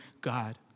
God